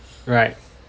right